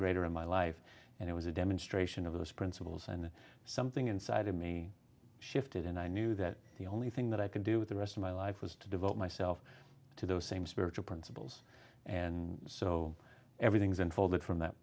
greater in my life and it was a demonstration of those principles and something inside me shifted and i knew that the only thing that i could do with the rest of my life was to devote myself to those same spiritual principles and so everything's unfolded from that